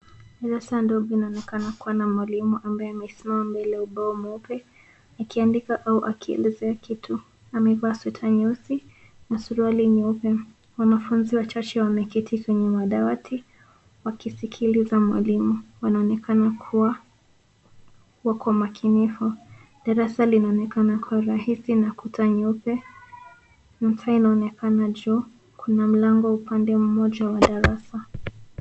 Darasa ndogo inaonekana kuwa na mwalimu ambaye amesimama mbele ya ubao mweupe akiandika au akielezea kitu. Amevaa sweta nyeusi na suruali nyeupe. Wanafunzi wachache wameketi kwenye madawati wakisikiliza mwalimu. Wanaonekana kuwa wako makinifu. Darasa linaonekana kwa rahisi na kuta nyeupe. Ntaa inaonekana juu. Kuna mlango upande mmoja wa darasa.